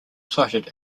cited